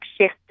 Shift